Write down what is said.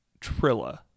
Trilla